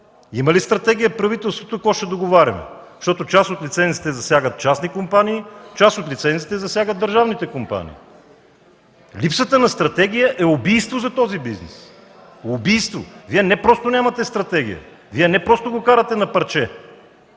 Има ли стратегия правителството какво ще договаряме, защото част от лицензите засягат частни компании, част от лицензите засягат държавните компании? Липсата на стратегия е убийство за този бизнес. Убийство! Вие не просто нямате стратегия, Вие не просто го карате „на парче”!